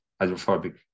hydrophobic